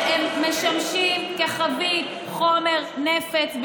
והם משמשים כחבית חומר נפץ,